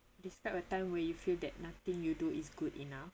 describe a time when you feel that nothing you do is good enough